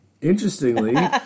Interestingly